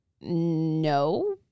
no